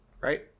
right